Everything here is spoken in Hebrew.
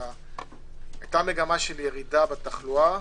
היתה מגמה של ירידה בתחלואה,